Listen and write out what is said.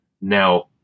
now